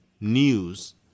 news